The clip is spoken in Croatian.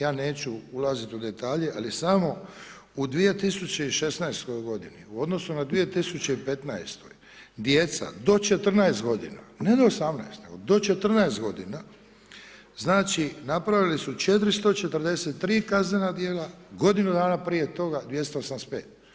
Ja neću ulaziti u detalje, ali samo u 2016. godini u odnosu na 2015., djeca do 14 godina, ne do 18 nego 14 godina, napravili su 443 kaznena djela, godinu dana prije toga 285.